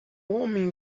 homem